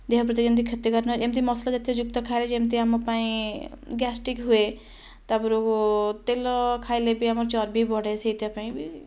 ଦେହ ପ୍ରତି ଯେମିତି କ୍ଷତିକାରକ ନୁହଁ ଏମିତି ମସଲା ଜାତୀୟ ଯୁକ୍ତ ଖାଇବା ଯେମିତି ଆମ ପାଇଁ ଗ୍ୟାଷ୍ଟ୍ରିକ ହୁଏ ତା ପରକୁ ତେଲ ଖାଇଲେ ବି ଆମର ଚର୍ବି ବଢ଼େ ସେଇଟା ପାଇଁ ବି